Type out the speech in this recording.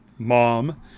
mom